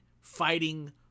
fighting